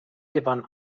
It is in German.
gewann